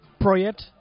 project